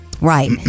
right